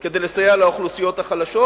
כדי לסייע לאוכלוסיות החלשות.